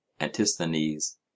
Antisthenes